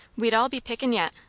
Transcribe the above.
we'd all be pickin' yet.